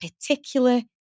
particular